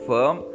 Firm